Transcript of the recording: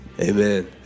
amen